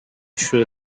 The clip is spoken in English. sri